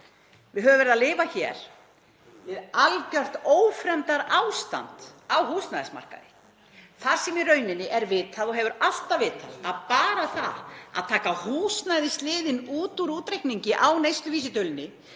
við höfum verið að lifa hér við algjört ófremdarástand á húsnæðismarkaði þar sem í rauninni er vitað og hefur alltaf verið vitað að bara það að taka húsnæðisliðinn út úr útreikningi á neysluvísitölunni